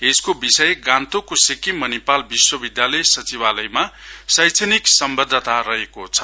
यसको विषय गान्तोकको सिक्किम मणिपाल विश्वविधालय सचिवालयमा शैक्षिणक सम्बद्धता रहेको छ